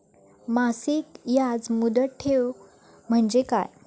मासिक याज मुदत ठेव म्हणजे काय?